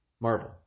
Marvel